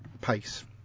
pace